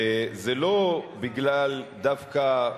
זה לא בגלל דווקא,